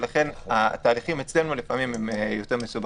לכן ההליכים אצלנו הם לפעמים יותר מסובכים.